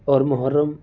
اور محرم